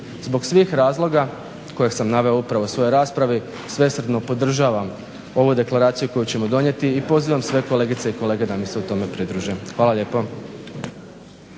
Zbog svih razloga koje sam naveo u pravo u svojoj raspravi sve sretno podržavam ovu deklaraciju koju ćemo donijeti i pozivam sve kolegice i kolege da mi se u tome pridruže. Hvala lijepo.